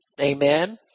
Amen